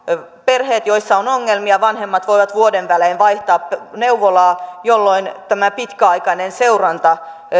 perheissä joissa on ongelmia vanhemmat voivat vuoden välein vaihtaa neuvolaa jolloin pitkäaikainen seuranta